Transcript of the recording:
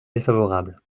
défavorable